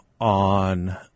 on